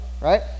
right